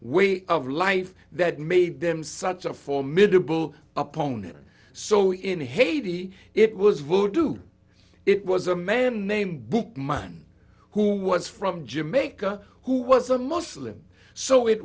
way of life that made them such a formidable opponent so in haiti it was voted to it was a man named book mine who was from jamaica who was a muslim so it